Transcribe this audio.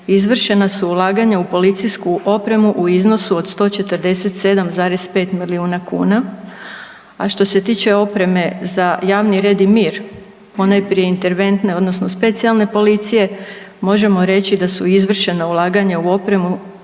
izvršena su ulaganja u policijsku opremu u iznosu od 147,5 milijuna kuna. A što se tiče opreme za javni red i mir, ponajprije interventne odnosno specijalne policije možemo reći da su izvršena ulaganja u opremu